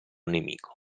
nemico